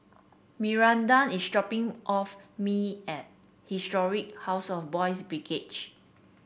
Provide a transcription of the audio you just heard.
Miranda is dropping off me at Historic House of Boys' Brigade